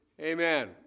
Amen